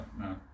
no